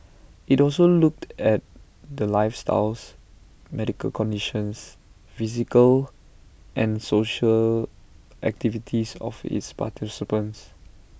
IT also looked at the lifestyles medical conditions physical and social activities of its participants